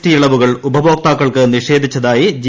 T ഇളവുകൾ ഉപഭോക്താക്കൾക്ക് നിഷേധിച്ചതായി ജി